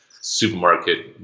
supermarket